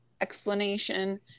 explanation